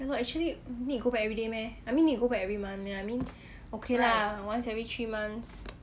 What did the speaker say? eh no actually need go back everyday meh I mean need go back every month meh I mean okay lah once every three months